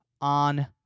on